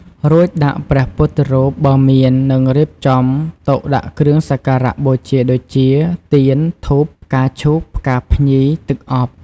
រួចដាក់ព្រះពុទ្ធរូប បើមាន និងរៀបចំតុដាក់គ្រឿងសក្ការៈបូជាដូចជា ទៀន ធូប ផ្កាឈូក ផ្កាភ្ញី ទឹកអប់។